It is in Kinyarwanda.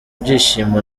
byishimo